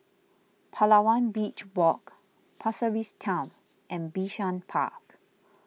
Palawan Beach Walk Pasir Ris Town and Bishan Park